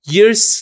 Years